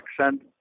accent